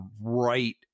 right